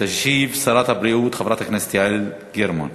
תשיב שרת הבריאות, חברת הכנסת יעל גרמן.